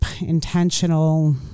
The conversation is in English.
intentional